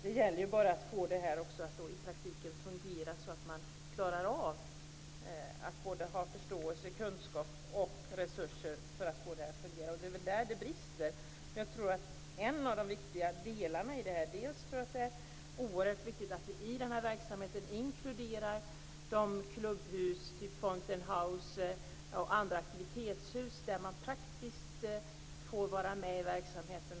Det gäller då bara att också få det att fungera i praktiken, att det finns såväl förståelse som resurser och kunskap som gör att det kan fungera. Det är väl där det brister. Jag tror att det är oerhört viktigt att vi i den här verksamheten inkluderar klubbhus av typen Fountain House och andra aktivitetshus där de psykiskt sjuka praktiskt får vara med i verksamheten.